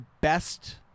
best